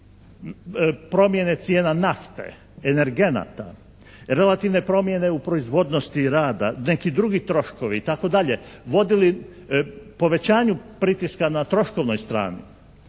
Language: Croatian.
promjene cijena nafte, energenata, relativne promjene u proizvodnosti rada, neki drugi troškovi, itd., vodili povećanju pritiska na troškovnoj strani,